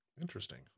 interesting